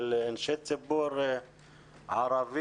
של אנשי ציבור ערבים,